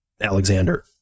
Alexander